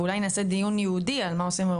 ואולי נעשה דיון ייעודי על מה עושים עם